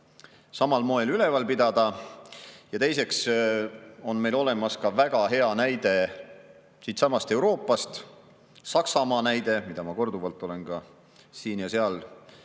samal moel üleval pidada. Teiseks on meil olemas väga hea näide siitsamast Euroopast, Saksamaa näide, mida ma korduvalt olen siin ja seal